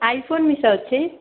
iPhone ଅଛି